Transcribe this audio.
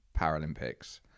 paralympics